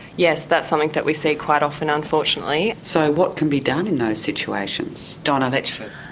yes, that's something that we see quite often unfortunately. so what can be done in those situations? donna letchford?